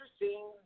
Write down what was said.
interesting